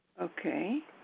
Okay